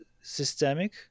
systemic